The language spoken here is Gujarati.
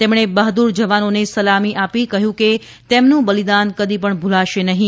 તેમણે બહાદુર જવાનોને સલામ આપી કહ્યું કે તેમનું બલિદાન કદીપણ ભુલાશે નહીં